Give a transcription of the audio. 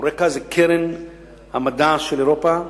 "אוריקה" היא קרן המדע של אירופה,